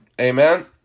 Amen